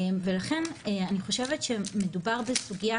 ולכן אני חושבת שמדובר באמת בסוגיה